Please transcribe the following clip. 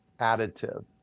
additive